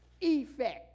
effect